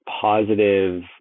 positive